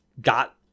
got